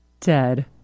Dead